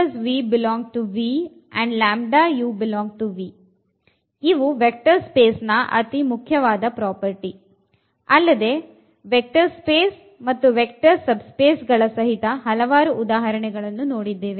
ಹಾಗಾಗಿ and ಇವು vector space ನ ಅತಿ ಮುಖ್ಯವಾದ ಪ್ರಾಪರ್ಟಿ ಅಲ್ಲದೆ ವೆಕ್ಟರ್ ಸ್ಪೇಸ್ ಮತ್ತು ವೆಕ್ಟರ್ ಸಬ್ ಸ್ಪೇಸ್ ಗಳ ಸಹಿತ ಹಲವಾರು ಉದಾಹರಣೆಗಳನ್ನು ನೋಡಿದ್ದೇವೆ